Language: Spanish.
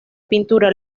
pintura